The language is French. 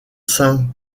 saint